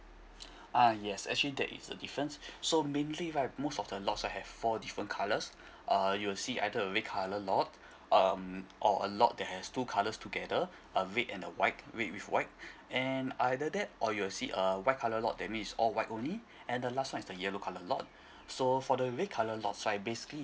ah yes actually that is a difference so mainly right most of the lots will have four different colours uh you'll see either the red colour lot um or a lot that has two colours together a red and a white red with white and either that or you'll see a white colour lot that means all white only and the last one is the yellow colour lot so for the red colour lot right basically